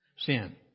Sin